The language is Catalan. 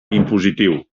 impositiu